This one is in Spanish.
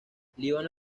líbano